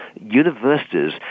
universities